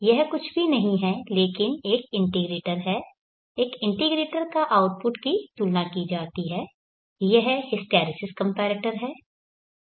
यह कुछ भी नहीं है लेकिन एक इंटीग्रेटर है और इंटीग्रेटर का आउटपुट की तुलना की जाती है यह हिस्टैरिसीस कंपैरेटर है